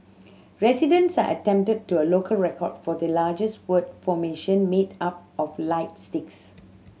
residents there attempted a local record for the largest word formation made up of light sticks